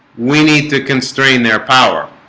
we need to constrain their power